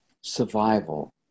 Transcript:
Survival